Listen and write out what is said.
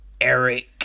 Eric